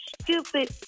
stupid